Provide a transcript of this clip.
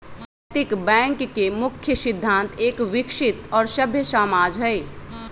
नैतिक बैंक के मुख्य सिद्धान्त एक विकसित और सभ्य समाज हई